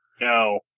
No